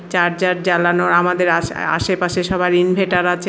charger জ্বালানো আমাদের আশে আশেপাশে সবার ইনভার্টার আছে